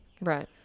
Right